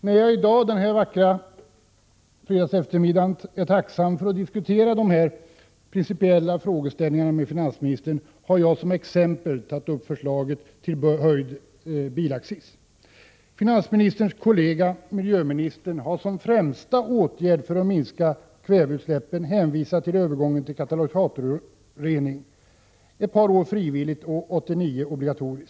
När jag denna vackra fredagseftermiddag är tacksam för att få diskutera de här principiella frågeställningarna med finansministern, har jag som exempel tagit upp förslaget till höjd bilaccis. Finansministerns kollega miljöministern har som främsta åtgärd för att minska kväveutsläppen hänvisat till övergången till katalysatorrening — frivillig under ett par år och obligatorisk 1989.